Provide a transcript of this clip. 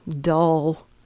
dull